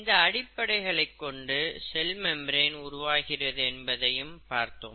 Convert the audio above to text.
இந்த அடிப்படைகளைக் கொண்டு செல் மெம்பிரன் உருவாகிறது என்பதையும் பார்த்தோம்